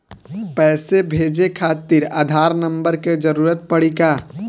पैसे भेजे खातिर आधार नंबर के जरूरत पड़ी का?